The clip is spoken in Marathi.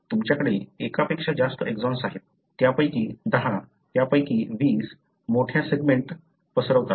तुमच्याकडे एकापेक्षा जास्त एक्सॉन्स आहेत त्यापैकी दहा त्यांपैकी वीस मोठ्या सेगमेंट पसरवतात